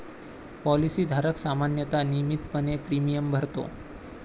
policy धारक सामान्यतः नियमितपणे प्रीमियम भरतो